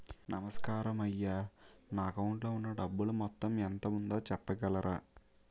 నమస్కారం అయ్యా నా అకౌంట్ లో ఉన్నా డబ్బు మొత్తం ఎంత ఉందో చెప్పగలరా?